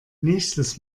nächstes